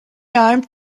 armed